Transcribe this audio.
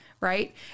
Right